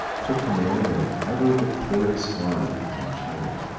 took command of ever-victorious army in china.